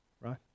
right